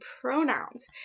pronouns